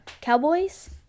cowboys